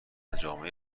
جامعه